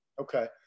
okay